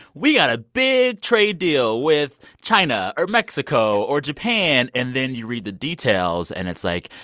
we got a big trade deal with china or mexico or japan. and then you read the details. and it's like,